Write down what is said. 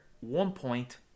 one-point